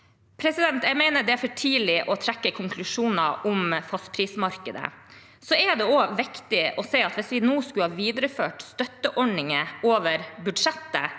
Jeg mener det er for tidlig å trekke konklusjoner om fastprismarkedet. Det er også viktig å si at hvis vi nå skulle ha videreført støtteordninger over budsjettet,